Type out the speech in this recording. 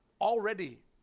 already